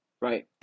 right